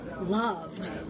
loved